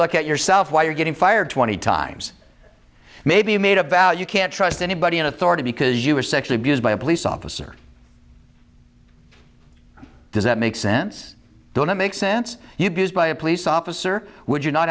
look at yourself why you're getting fired twenty times maybe you made a value can't trust anybody in authority because you were sexually abused by a police officer does that make sense don't make sense you'd be used by a police officer would you not